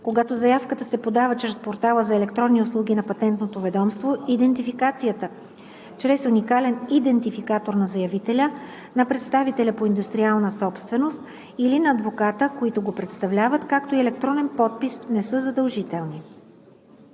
Когато заявката се подава чрез портала за електронни услуги на Патентното ведомство, идентификация чрез уникален идентификатор на заявителя, на представителя по индустриална собственост или на адвоката, които го представляват, както и електронен подпис не са задължителни.“